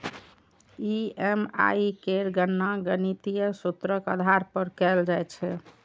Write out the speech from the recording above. EMI केर गणना गणितीय सूत्रक आधार पर कैल जाइ छै